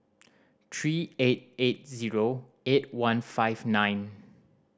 three eight eight zero eight one five nine